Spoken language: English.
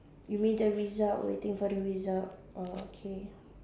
you mean the result waiting for the results oh okay